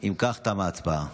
אם כך, תמה ההצבעה.